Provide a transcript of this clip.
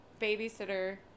babysitter